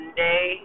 day